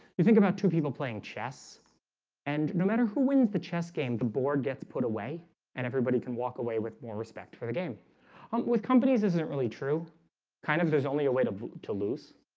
you think about two people playing chess and no matter who wins the chess game the board gets put away and everybody can walk away with more respect for the game um with companies isn't really true kind of there's only a way to to loose